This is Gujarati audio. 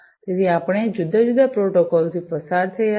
તેથી આપણે જુદા જુદા પ્રોટોકોલમાં થી પસાર થયા છીએ